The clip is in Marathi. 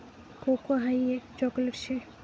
कोको हाई एक चॉकलेट शे